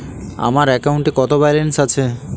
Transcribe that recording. আমার অ্যাকাউন্টে কত ব্যালেন্স আছে?